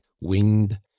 winged